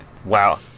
Wow